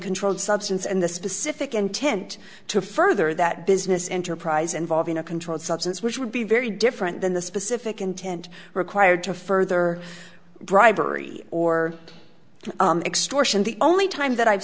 controlled substance and the specific intent to further that business enterprise involving a controlled substance which would be very different than the specific intent required to further bribery or extortion the only time that i've